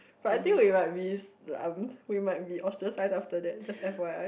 but I think we might be we might be ostracize after that just f_y_i